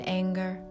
anger